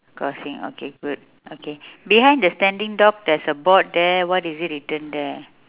crossing okay good okay behind the standing dog there is a board there what is it written there